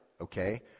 Okay